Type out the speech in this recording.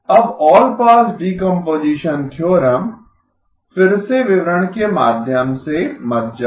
अब all pass decomposition theorem फिर से विवरण के माध्यम से मत जाओ